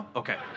okay